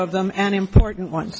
of them and important one